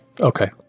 okay